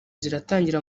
ziratangira